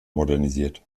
modernisiert